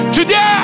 Today